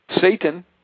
Satan